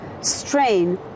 strain